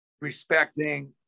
Respecting